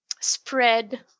spread